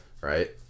right